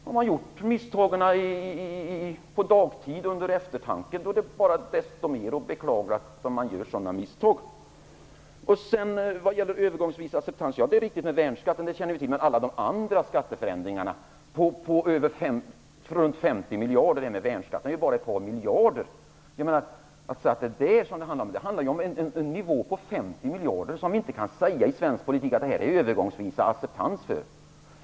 Har man gjort misstagen på dagtid, under eftertanke, då är det bara desto mer att beklaga. Sedan till detta med "övergångsvis acceptans". Det Rolf Kenneryd säger om värnskatten är riktigt, det känner jag till. Vad jag talar om är alla de andra skatteförändringarna, på runt 50 miljarder - värnskatten motsvarar ju bara ett par miljarder. Rolf Kenneryd säger att det är det som det handlar om, men det handlar ju om 50 miljarder. Vi kan inte i svensk politik säga att vi har övergångsvis acceptans för detta.